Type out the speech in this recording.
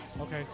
Okay